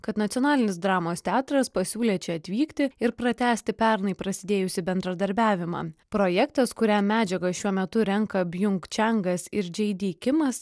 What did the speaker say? kad nacionalinis dramos teatras pasiūlė čia atvykti ir pratęsti pernai prasidėjusį bendradarbiavimą projektas kuriam medžiagą šiuo metu renka bjunk čengas ir džei dy kimas